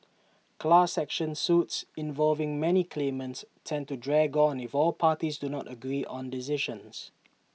class action suits involving many claimants tend to drag on if all parties do not agree on decisions